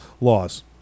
laws